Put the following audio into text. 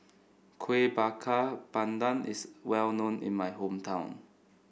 Kuih Bakar Pandan is well known in my hometown